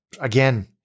again